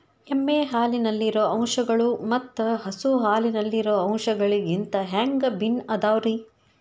ಎಮ್ಮೆ ಹಾಲಿನಲ್ಲಿರೋ ಅಂಶಗಳು ಮತ್ತ ಹಸು ಹಾಲಿನಲ್ಲಿರೋ ಅಂಶಗಳಿಗಿಂತ ಹ್ಯಾಂಗ ಭಿನ್ನ ಅದಾವ್ರಿ?